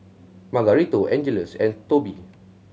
Margarito Angeles and Tobie